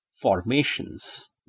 formations